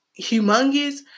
humongous